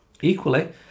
equally